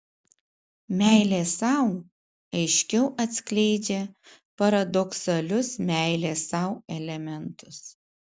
meilė sau aiškiau atskleidžia paradoksalius meilės sau elementus